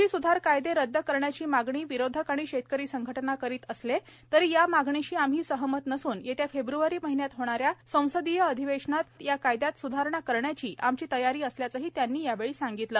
कृषी सुधार कायदे रदद करण्याची मागणी विरोधक आणि शेतकरी संघटना करीत असले तरी या मागणीशी आम्ही सहमत नसून येत्या फेब्रवारी महिन्यात होणाऱ्या संसदीय अधिवेशनात या कायद्यात सुधारणा करण्याची आमची तयारी असल्याचेही त्यांनी यावेळी सांगितले